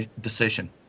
decision